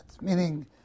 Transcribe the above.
Meaning